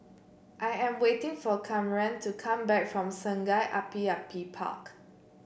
I am waiting for Kamren to come back from Sungei Api Api Park